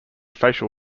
facial